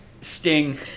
Sting